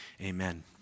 Amen